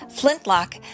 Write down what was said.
Flintlock